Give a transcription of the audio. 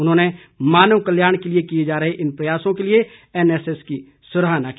उन्होंने मानव कल्याण के लिए किए जा रहें इन प्रयासों के लिए एनएसएस की सराहना की